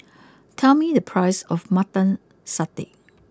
tell me the price of Mutton Satay